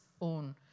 own